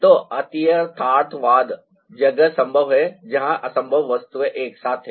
तो अतियथार्थवाद जगह संभव है जहां असंभव वस्तुएं एक साथ हैं